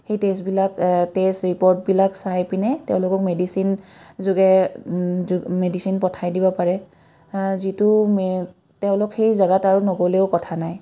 সেই টেষ্টবিলাক টেষ্ট ৰিপৰ্টবিলাক চাই পিনে তেওঁলোকক মেডিচিন যোগে য মেডিচিন পঠাই দিব পাৰে যিটো তেওঁলোক সেই জেগাত আৰু নগ'লেও কথা নাই